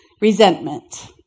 resentment